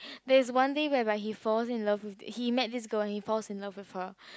that is one day whereby he falls in love with he met this girl he falls in love with her